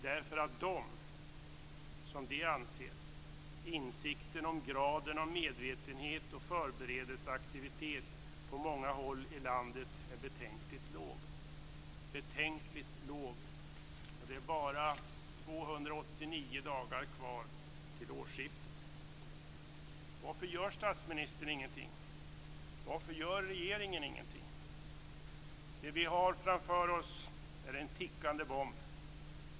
De anser nämligen att insikten om graden av medvetenhet och förberedelseaktivitet på många håll i landet är betänkligt låg - och det är bara Varför gör statsministern ingenting? Varför gör regeringen ingenting? Det vi har framför oss är en tickande bomb.